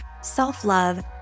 self-love